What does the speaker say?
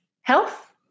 health